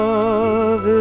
Love